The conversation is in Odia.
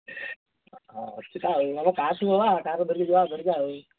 ହଁ ଅଛି ତ ଆଉ ଆମେ କାରରେ ଯିବା କାର୍ ଧରିକି ଯିବା କାର୍ ଧରିକି ଆଉ